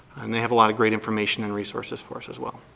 they have a lot of great information and resources for us as well.